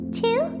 two